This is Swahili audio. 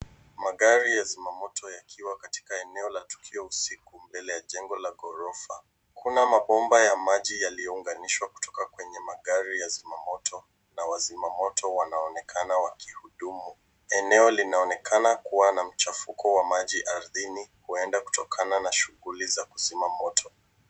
Magari ya zimamoto yakiwa katika eneo la tukio usiku mbele ya jengo la ghorofa. Kuna mabomba ya maji yaliyounganishwa kutoka kwenye magari ya zimamoto na wazima moto wanaonekana wakihudumu. Eneo linaonekana kuwa na mchafuko wa maji ardhini huenda kutokana na shughuli za kuzima moto.